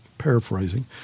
paraphrasing